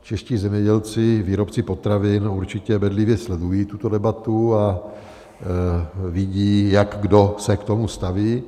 Čeští zemědělci, výrobci potravin, určitě bedlivě sledují tuto debatu a vidí, jak kdo se k tomu staví.